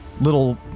little